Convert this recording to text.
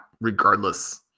regardless